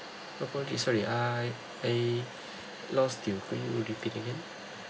apologies sorry I I lost you could you repeat again